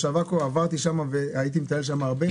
עברתי שם, הייתי מטייל שם הרבה.